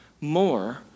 more